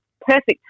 perfect